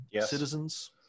citizens